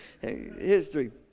history